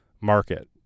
market